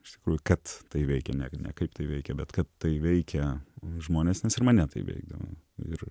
iš tikrųjų kad tai veikia ne ne kaip tai veikia bet kad tai veikia žmones nes ir mane tai veikdavo ir